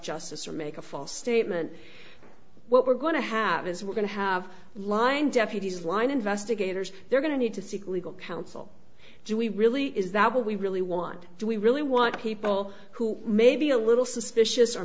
justice or make a false statement what we're going to have is we're going to have line deputies line investigators they're going to need to seek legal counsel do we really is that what we really want do we really want people who may be a little suspicious or